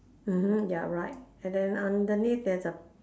mmhmm ya right and then underneath there's a